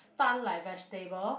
stun like vegetable